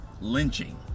lynching